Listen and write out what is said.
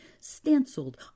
stenciled